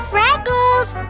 Freckles